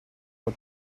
uhr